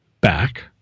back